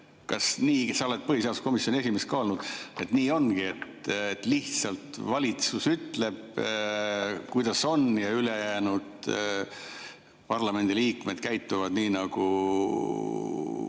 arutatudki? Sa oled põhiseaduskomisjoni esimees ka olnud. Kas nii ongi, et lihtsalt valitsus ütleb, kuidas on, ja ülejäänud parlamendiliikmed käituvad nii, nagu